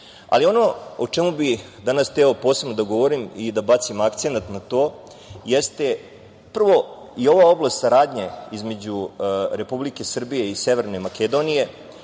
Ali, ono o čemu bi danas hteo posebno da govorim i da bacim akcenat na to jeste prvo i ova oblast saradnje između Republike Srbije i Severne Makedonije